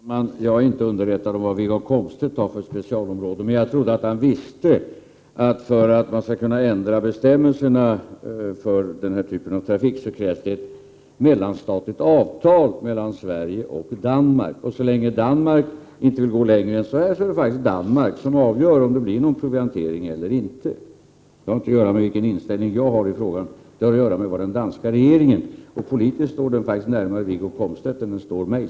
Herr talman! Jag är inte underrättad om vad Wiggo Komstedt har för specialområde. Jag trodde emellertid att han visste att för att man skall kunna ändra bestämmelserna för den här typen av trafik, krävs ett mellanstatligt avtal mellan Sverige och Danmark. Så länge Danmark inte vill gå längre än så här, är det faktiskt Danmark som avgör om det blir någon proviantering eller inte. Det har inte att göra med vilken inställning jag har i frågan. Det har att göra med vad den danska regeringen tycker. Politiskt står den faktiskt närmare Wiggo Komstedt än mig.